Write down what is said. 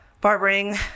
barbering